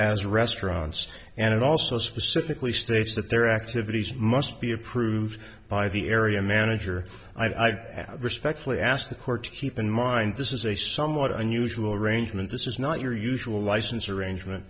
as restaurants and it also specifically states that their activities must be approved by the area manager i've respectfully asked the court to keep in mind this is a somewhat unusual arrangement this is not your usual license arrangement